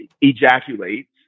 ejaculates